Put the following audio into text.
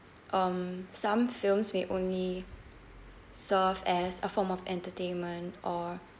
um some films may only serve as a form of entertainment or